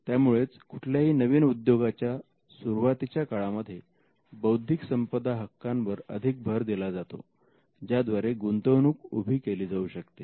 त्यामुळेच कुठल्याही नवीन उद्योगांच्या सुरुवातीच्या काळामध्ये बौद्धिक संपदा हक्कांवर अधिक भर दिला जातो ज्याद्वारे गुंतवणूक उभी केली जाऊ शकते